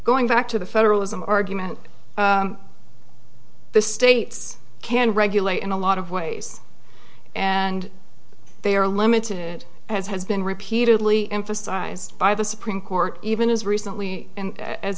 going back to the federalism argument the states can regulate in a lot of ways and they are limited as has been repeatedly emphasized by the supreme court even as recently as